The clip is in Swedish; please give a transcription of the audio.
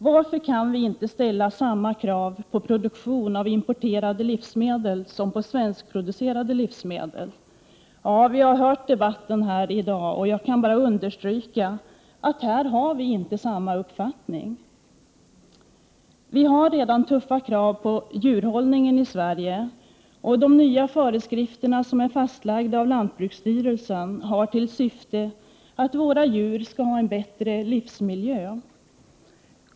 Varför kan vi inte ställa samma krav på produktionen av importerade livsmedel som vi ställer på svenskproducerade livsmedel? Efter att ha lyssnat på debatten i dag kan jag bara understryka att vi inte har samma uppfattning här. Vi har redan tuffa krav på djurhållningen i Sverige, och de nya föreskrifter som är fastlagda av lantbruksstyrelsen har till syfte att våra djur skall ha en bättre livsmiljö.